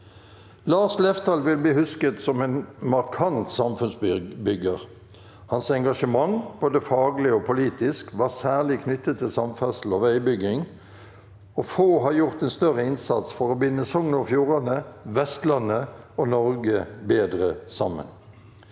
Lars Lefdal vil bli husket som en markant samfunnsbygger. Hans engasjement, både faglig og politisk, var særlig knyttet til samferdsel og veibygging, og få har gjort en større innsats for å binde Sogn og Fjordane, Vestlandet og Norge bedre sammen.